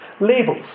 labels